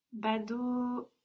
Bado